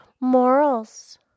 morals